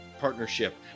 partnership